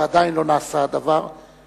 ועדיין לא נעשה הדבר,